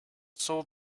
sole